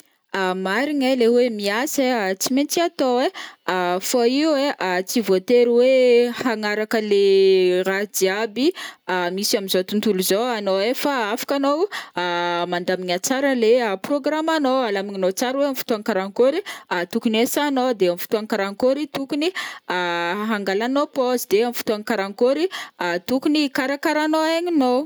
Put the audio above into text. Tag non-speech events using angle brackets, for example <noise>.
Marigny ai le oe miasa ai tsy maintsy atao ai, <hesitation> fô io ai tsy voatery oe hagnaraka le ra jiaby <hesitation> misy amizao tontolo izao anao ai fa afaka anao <hesitation> mandamigna tsara ilay programanô alamignanô tsara oe amy fotoagna karankory tokony hiasanô, de amin fotoagna karankory tokony <hesitation> hangalagnô pause, de amin fotoagna karankory tokony hikarakaranô aigninô.